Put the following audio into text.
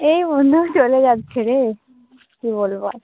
এই বন্ধু চলে যাচ্ছে রে কী বলবো আর